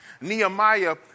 Nehemiah